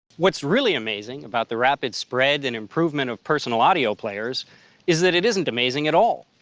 what's really amazing about the rapid spread and improvement of personal audio players is that it isn't amazing at all.